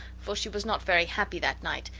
for she was not very happy that night,